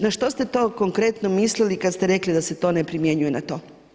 Na što ste to konkretno mislili kad ste rekli da se to ne primjenjuje na to?